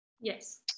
Yes